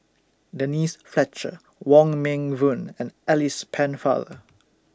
Denise Fletcher Wong Meng Voon and Alice Pennefather